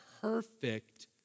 perfect